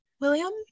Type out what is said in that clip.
William